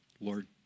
Lord